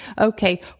Okay